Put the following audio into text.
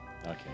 Okay